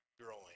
growing